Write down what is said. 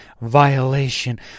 Violation